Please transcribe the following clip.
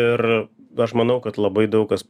ir aš manau kad labai daug kas